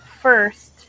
first